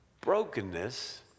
brokenness